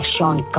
Sean